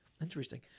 Interesting